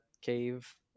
cave